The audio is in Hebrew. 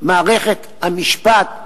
מערכת המשפט,